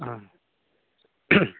आं